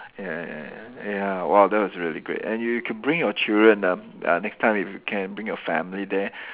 ya ya ya ya !wah! that was really great and you can bring your children ah uh next time you can bring your family there